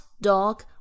dog